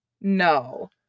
no